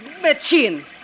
machine